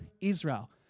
Israel